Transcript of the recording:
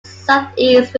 southeast